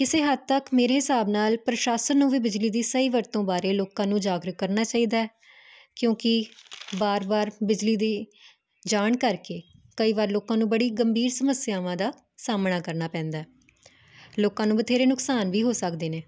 ਕਿਸੇ ਹੱਦ ਤੱਕ ਮੇਰੇ ਹਿਸਾਬ ਨਾਲ ਪ੍ਰਸ਼ਾਸਨ ਨੂੰ ਵੀ ਬਿਜਲੀ ਦੀ ਸਹੀ ਵਰਤੋਂ ਬਾਰੇ ਲੋਕਾਂ ਨੂੰ ਜਾਗਰੂਕ ਕਰਨਾ ਚਾਹੀਦਾ ਕਿਉਂਕਿ ਬਾਰ ਬਾਰ ਬਿਜਲੀ ਦੇ ਜਾਣ ਕਰਕੇ ਕਈ ਵਾਰ ਲੋਕਾਂ ਨੂੰ ਬੜੀ ਗੰਭੀਰ ਸਮੱਸਿਆਵਾਂ ਦਾ ਸਾਹਮਣਾ ਕਰਨਾ ਪੈਂਦਾ ਲੋਕਾਂ ਨੂੰ ਬਥੇਰੇ ਨੁਕਸਾਨ ਵੀ ਹੋ ਸਕਦੇ ਨੇ